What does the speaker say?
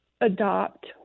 adopt